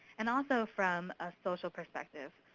and also from a social perspective.